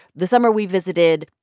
the summer we visited,